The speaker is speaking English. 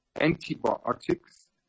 antibiotics